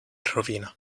rovina